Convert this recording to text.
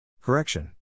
correction